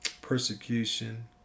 persecution